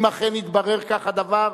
אם אכן יתברר כך הדבר,